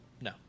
no